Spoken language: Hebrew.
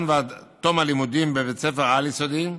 ועד תום הלימודים בבתי הספר העל-יסודיים,